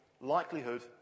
likelihood